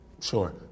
sure